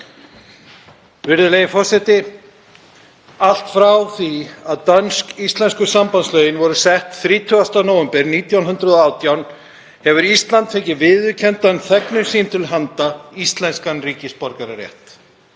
Virðulegi forseti. Allt frá því að dönsk-íslensku sambandslögin voru sett 30. nóvember 1918 hefur Ísland fengið viðurkenndan, þegnum sínum til handa, íslenskan ríkisborgararétt.